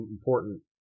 important